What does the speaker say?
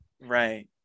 Right